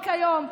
רק היום,